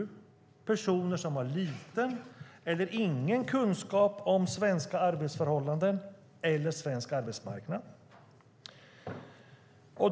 Det är personer som har liten eller ingen kunskap om svenska arbetsförhållanden eller svensk arbetsmarknad.